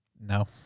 No